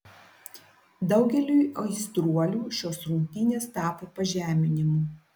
daugeliui aistruolių šios rungtynės tapo pažeminimu